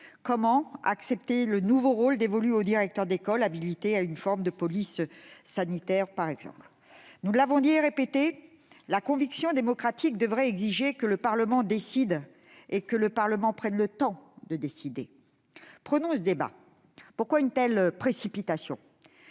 par exemple, le nouveau rôle dévolu aux directeurs d'école, désormais habilités à exercer une forme de police sanitaire ? Nous l'avons dit et répété, la conviction démocratique devrait exiger que le Parlement décide et que le Parlement prenne le temps de décider. Prenons ce débat. Pourquoi une telle précipitation ?